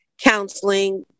counseling